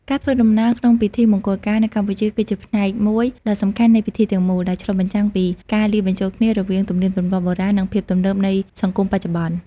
ការធ្វើដំណើរក្នុងពិធីមង្គលការនៅកម្ពុជាគឺជាផ្នែកមួយដ៏សំខាន់នៃពិធីទាំងមូល ដែលឆ្លុះបញ្ចាំងពីការលាយបញ្ចូលគ្នារវាងទំនៀមទម្លាប់បុរាណនិងភាពទំនើបនៃសង្គមបច្ចុប្បន្ន។